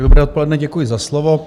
Dobré odpoledne, děkuji za slovo.